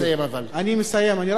אבל נא לסיים.